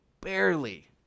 barely